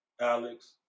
Alex